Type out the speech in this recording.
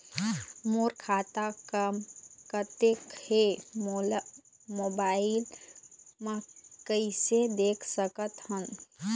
मोर खाता म कतेक हे ओला मोबाइल म कइसे देख सकत हन?